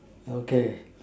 okay